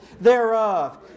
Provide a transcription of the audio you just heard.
thereof